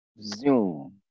Zoom